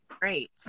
great